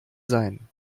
sein